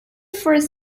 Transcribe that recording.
first